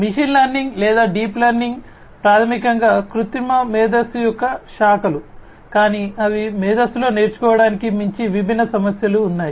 machine learning లేదా deep learning ప్రాథమికంగా కృత్రిమ మేధస్సు యొక్క శాఖలు కానీ అవి కృత్రిమ మేధస్సులో నేర్చుకోవటానికి మించి విభిన్న సమస్యలు ఉన్నాయి